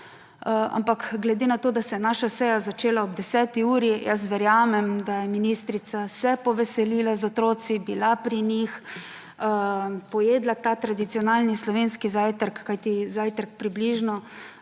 ampak glede na to, da se je naša seja začela ob deseti uri, jaz verjamem, da se je ministrica poveselila z otroci, bila pri njih, pojedla ta tradicionalni slovenski zajtrk, kajti zajtrk običajno